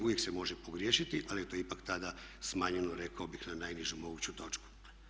Uvijek se može pogriješiti ali je to ipak tada smanjeno rekao bih na najnižu moguću točku.